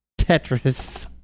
Tetris